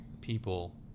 people